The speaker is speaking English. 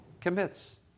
commits